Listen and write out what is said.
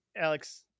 Alex